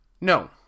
No